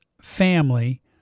family